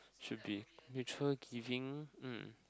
should be mutual giving um